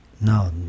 No